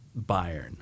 Bayern